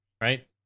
right